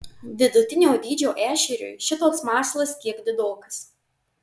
vidutinio dydžio ešeriui šitoks masalas kiek didokas